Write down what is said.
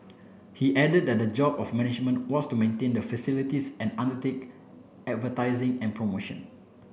he added that the job of the management was to maintain the facilities and undertake advertising and promotion